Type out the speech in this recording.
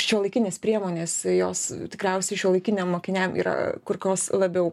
šiuolaikinės priemonės jos tikriausiai šiuolaikiniam mokiniam yra kur kas labiau